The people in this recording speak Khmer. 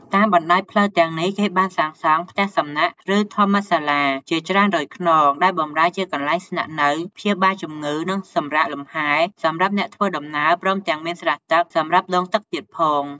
តាមបណ្ដោយផ្លូវទាំងនេះ គេបានសាងសង់ "ផ្ទះសំណាក់" ឬ "ធម្មសាលា"ជាច្រើនរយខ្នង ដែលបម្រើជាកន្លែងស្នាក់នៅ ព្យាបាលជំងឺ និងសំរាកលំហែសម្រាប់អ្នកធ្វើដំណើរ ព្រមទាំងមាន ស្រះទឹក សម្រាប់ដងទឹកទៀតផង។